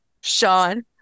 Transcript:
sean